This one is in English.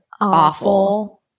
awful